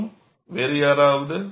மேலும் வேறு யாராவது